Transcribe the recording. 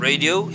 Radio